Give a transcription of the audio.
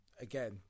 again